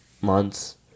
months